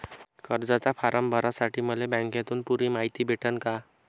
कर्जाचा फारम भरासाठी मले बँकेतून पुरी मायती भेटन का?